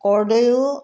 কৰ্দয়ো